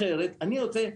אחרת אני רוצה,